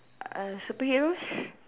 uh superheroes